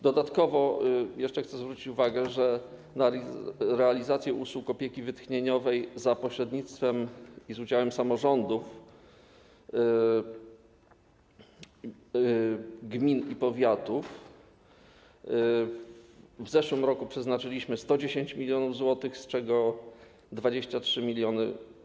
Dodatkowo chcę jeszcze zwrócić uwagę, że na realizację usług opieki wytchnieniowej za pośrednictwem i z udziałem samorządów, gmin i powiatów w zeszłym roku przeznaczyliśmy 110 mln zł, z czego przekazano 23 mln.